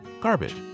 Garbage